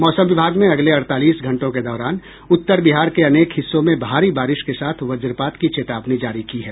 मौसम विभाग ने अगले अड़तालीस घंटों के दौरान उत्तर बिहार के अनेक हिस्सों में भारी बारिश के साथ वजपात की चेतावनी जारी की है